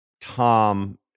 Tom